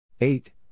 eight